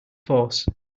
force